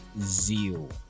zeal